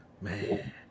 man